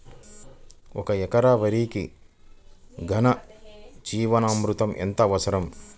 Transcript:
ఒక ఎకరా వరికి ఘన జీవామృతం ఎంత అవసరం?